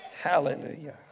Hallelujah